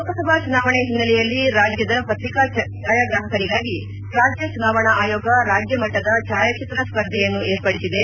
ಲೋಕಸಭಾ ಚುನಾವಣೆ ಹಿನ್ನೆಲೆಯಲ್ಲಿ ರಾಜ್ಯದ ಪ್ರತಿಕಾ ಛಾಯಾಗ್ರಾಪಕರಿಗಾಗಿ ರಾಜ್ಯ ಚುನಾವಣಾ ಆಯೋಗ ರಾಜ್ಞಮಟ್ಟದ ಛಾಯಾಚಿತ್ರ ಸ್ಪರ್ಧೆಯನ್ನು ವಿರ್ಪಡಿಸಿದೆ